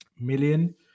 million